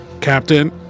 Captain